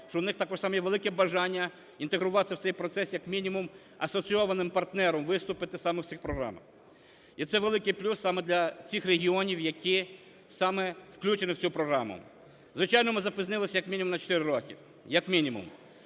що у них також само є велике бажання інтегруватися в цей процес як мінімум асоційованим партнером, виступити саме в цих програмах. І це великий плюс саме для цих регіонів, які саме включені в цю програму. Звичайно, ми запізнилися як мінімум на 4 роки, як мінімум.